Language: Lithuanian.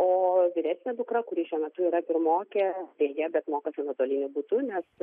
o vyresnė dukra kuri šiuo metu yra pirmokė deja bet mokosi nuotoliniu būdu nes